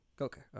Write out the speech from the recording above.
Okay